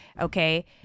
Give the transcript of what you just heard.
Okay